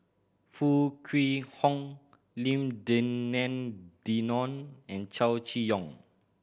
Foo Kwee Horng Lim Denan Denon and Chow Chee Yong